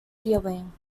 feeling